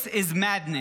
This is madness.